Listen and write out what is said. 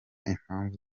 impamvu